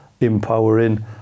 Empowering